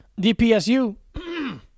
DPSU